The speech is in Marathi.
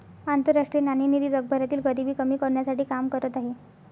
आंतरराष्ट्रीय नाणेनिधी जगभरातील गरिबी कमी करण्यासाठी काम करत आहे